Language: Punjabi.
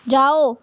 ਜਾਓ